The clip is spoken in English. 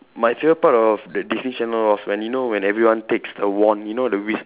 my favourite part of the Disney channel was when you know when everyone takes a wand you know the wiz~